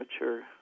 mature